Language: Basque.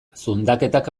zundaketak